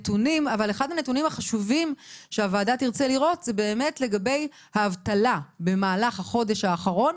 הנתונים שהוועדה תרצה לבדוק הוא מצב האבטלה בחודש האחרון.